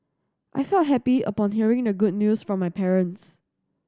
I felt happy upon hearing the good news from my parents